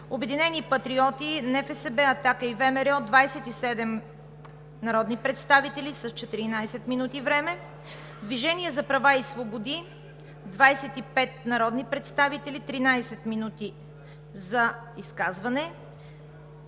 „Обединени патриоти – НФСБ“, „Атака“ и ВМРО – 27 народни представители с 14 минути време; Движение за права и свободи – 25 народни представители, 13 минути за изказване;